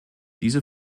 diese